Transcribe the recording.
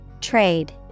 Trade